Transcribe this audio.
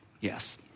Yes